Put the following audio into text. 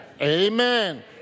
Amen